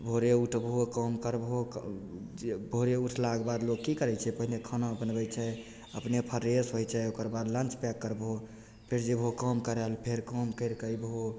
भोरे उठबहो काम करबहो जे भोरे उठलाके बाद लोग की करय छै पहिने खाना बनबय छै अपने फ्रेश होइ छै ओकर बाद लंच पैक करबहो फिर जेबहो काम करय लेल फेर काम करिकऽ एबहो